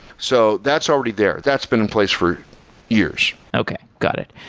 so that's already there. that's been in place for years. okay, got it.